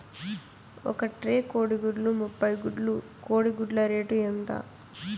ఒక ట్రే కోడిగుడ్లు ముప్పై గుడ్లు కోడి గుడ్ల రేటు ఎంత?